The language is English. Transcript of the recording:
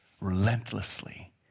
Relentlessly